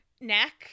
neck